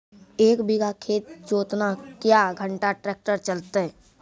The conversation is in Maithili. एक बीघा खेत जोतना क्या घंटा ट्रैक्टर चलते?